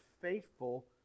faithful